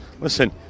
listen